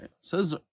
says